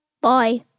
Bye